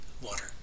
water